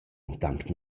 intant